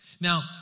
Now